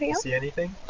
see see anything?